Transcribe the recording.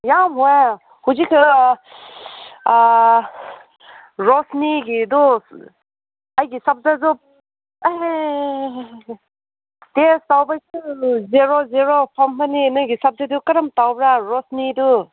ꯌꯝ ꯋꯥꯏ ꯍꯧꯖꯤꯛꯀꯤꯗꯣ ꯔꯣꯁꯅꯤꯒꯤꯗꯨ ꯑꯩꯒꯤ ꯁꯕꯖꯦꯛꯁꯨ ꯇꯦꯁ ꯇꯧꯕꯁꯨ ꯖꯦꯔꯣ ꯖꯦꯔꯣ ꯐꯪꯕꯅꯤ ꯅꯣꯏꯒꯤ ꯁꯕꯖꯦꯛꯇꯨ ꯀꯔꯝ ꯇꯧꯕ꯭ꯔꯥ ꯔꯣꯁꯅꯤꯗꯨ